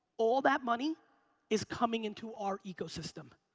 all that money is coming into our ecosystem.